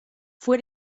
fue